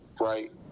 right